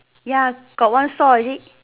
ya got one saw you see